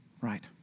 Right